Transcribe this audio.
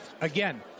Again